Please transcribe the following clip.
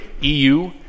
eu